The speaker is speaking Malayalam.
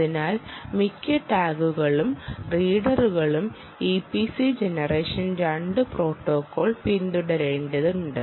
അതിനാൽ മിക്ക ടാഗുകളും റീഡറുകളും ഇപിസി ജനറേഷൻ 2 പ്രോട്ടോക്കോൾ പിന്തുടരേണ്ടതുണ്ട്